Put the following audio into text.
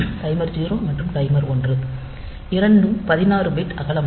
timer 0 மற்றும் timer 1 இரண்டும் 16 bit அகலமானவை